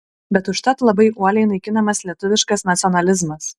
bet užtat labai uoliai naikinamas lietuviškas nacionalizmas